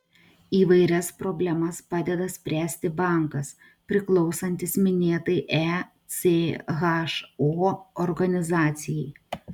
įvairias problemas padeda spręsti bankas priklausantis minėtai echo organizacijai